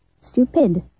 Stupid